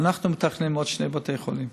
אנחנו מתכננים עוד שני בתי חולים.